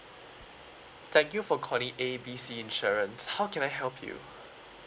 thank you for calling A B C insurance how can I help you